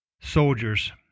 soldiers